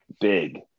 Big